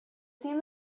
seen